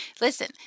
Listen